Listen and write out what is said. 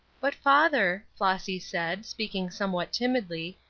but, father, flossy said, speaking somewhat timidly,